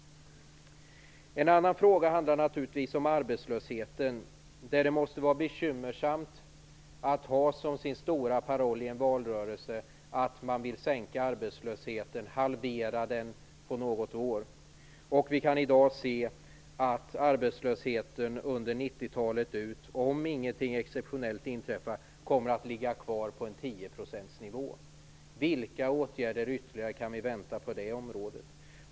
En annan fråga handlar om arbetslösheten. Det måste vara bekymmersamt att, efter att som sin stora paroll i en valrörelse ha haft att på något år halvera arbetslösheten, i dag se att arbetslösheten 90-talet ut, om inget exceptionellt inträffar, kommer att ligga kvar på 10-procentsnivån. Vilka ytterligare åtgärder kan vi vänta på det området?